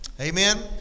Amen